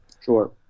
Sure